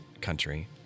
country